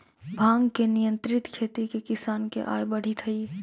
भाँग के नियंत्रित खेती से किसान के आय बढ़ित हइ